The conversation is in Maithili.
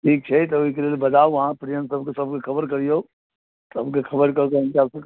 ठीक छै तऽ ओहिके लेल बजाउ अहाँ पैरेन्ट्स सबके खबर करियौ सबके खबरि कऽ कऽ हुनका सबके